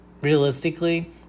Realistically